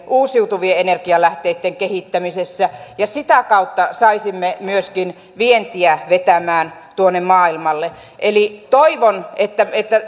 uusiutuvien energialähteitten kehittämisessä ja sitä kautta saisimme myöskin vientiä vetämään tuonne maailmalle eli toivon että